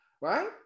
right